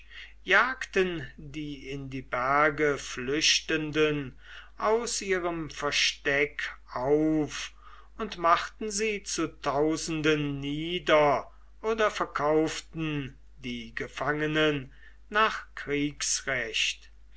jagten die in die berge flüchtenden aus ihrem versteck auf und machten sie zu tausenden nieder oder verkauften die gefangenen nach kriegsrecht